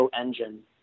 engine